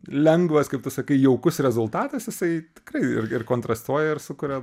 lengvas kaip tu sakai jaukus rezultatas jisai tikrai ir ir kontrastuoja ir sukuria